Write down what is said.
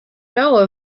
know